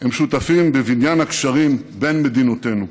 הם שותפים בבניין הקשרים בין מדינותינו.